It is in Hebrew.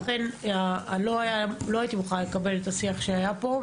לכן לא הייתי מוכנה לקבל את השיח שהיה פה,